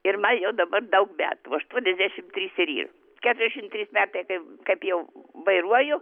ir man jau dabar daug metų aštuoniasdešim trys ir yra keturiasdešim trys metai kaip kaip jau vairuoju